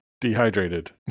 dehydrated